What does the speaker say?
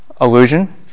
Illusion